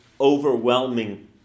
overwhelming